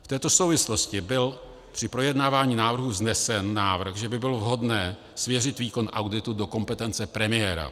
V této souvislosti byl při projednávání návrhu vznesen návrh, že by bylo vhodné svěřit výkon auditu do kompetence premiéra.